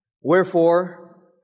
Wherefore